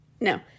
No